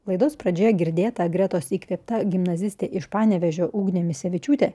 laidos pradžioje girdėta gretos įkvėpta gimnazistė iš panevėžio ugnė misevičiūtė